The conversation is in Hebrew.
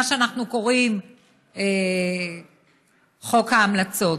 מה שאנחנו קוראים חוק ההמלצות,